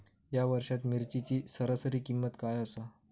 या वर्षात मिरचीची सरासरी किंमत काय आसा?